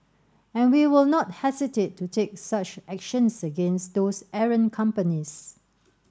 and we will not hesitate to take such actions against those errant companies